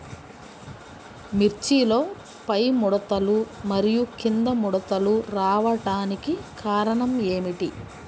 మిర్చిలో పైముడతలు మరియు క్రింది ముడతలు రావడానికి కారణం ఏమిటి?